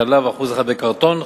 חלב 1% בקרטון,